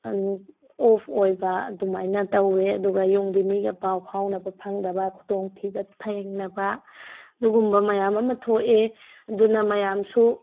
of ꯑꯣꯏꯕ ꯑꯗꯨꯃꯥꯏꯅ ꯇꯧꯑꯦ ꯑꯗꯨꯒ ꯌꯨꯝꯒꯤ ꯃꯤꯒ ꯄꯥꯎ ꯐꯥꯎꯅꯕ ꯐꯪꯗꯕ ꯈꯨꯗꯣꯡ ꯊꯤꯕ ꯊꯦꯡꯅꯕ ꯑꯗꯨꯒꯨꯝꯕ ꯃꯌꯥꯝ ꯑꯃ ꯊꯣꯛꯑꯦ ꯑꯗꯨꯅ ꯃꯌꯥꯝꯁꯨ